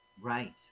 Right